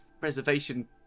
preservation